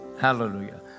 Hallelujah